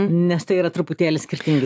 nes tai yra truputėlį skirtingi